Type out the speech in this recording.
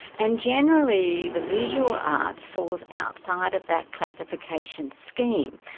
and generally the visual arts falls outside of that classification scheme.